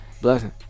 blessing